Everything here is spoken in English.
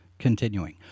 Continuing